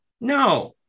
No